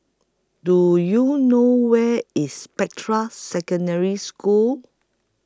Do YOU know Where IS Spectra Secondary School